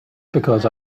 because